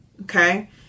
okay